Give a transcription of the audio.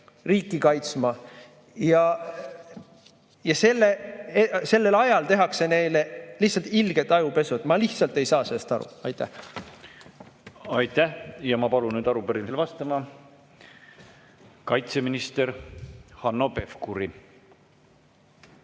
riiki kaitsma, aga sellel ajal tehakse neile lihtsalt ilget ajupesu. Ma lihtsalt ei saa sellest aru. Aitäh! Aitäh! Ma palun arupärimisele vastama kaitseminister Hanno Pevkuri.